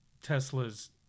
Tesla's